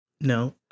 No